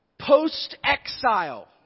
post-exile